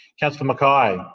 councillor mackay.